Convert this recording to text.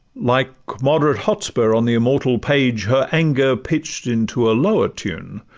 like moderate hotspur on the immortal page her anger pitch'd into a lower tune,